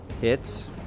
Hits